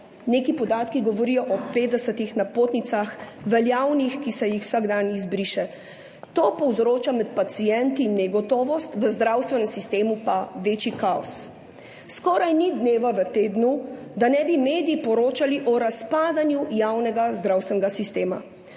Neki podatki govorijo o 50 veljavnih napotnicah, ki se jih vsak dan izbriše. To povzroča med pacienti negotovost, v zdravstvenem sistemu pa večji kaos. Skoraj ni dneva v tednu, da ne bi mediji poročali o razpadanju javnega zdravstvenega sistema.